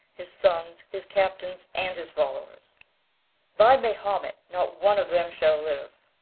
his sons, his captains, and his followers by mahomet, not one of them shall live!